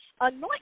Anoint